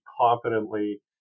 confidently